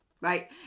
right